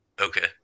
Okay